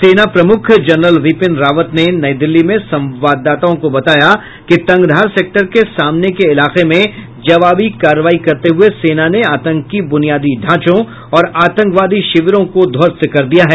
सेना प्रमुख जनरल बिपिन रावत ने नई दिल्ली में संवाददाताओं को बताया कि तंगधार सेक्टर के सामने के इलाके में जवाबी कार्रवाई करते हुए सेना ने आतंकी ब्रनियादी ढांचों और आतंकवादी शिविरों को ध्वस्त कर दिया है